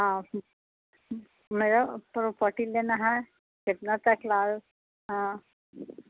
ہاں میرا پروپرٹی لینا ہے کتنا تک لال ہاں